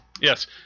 Yes